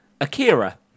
Akira